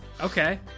Okay